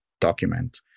document